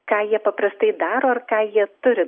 ką jie paprastai daro ar ką jie turi